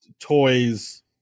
toys